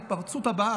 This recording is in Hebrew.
ההתפרצות הבאה,